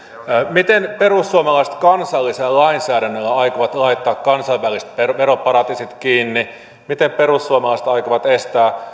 miten perussuomalaiset kansallisella lainsäädännöllä aikovat laittaa kansainväliset veroparatiisit kiinni miten perussuomalaiset aikovat estää